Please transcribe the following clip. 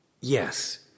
Yes